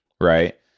Right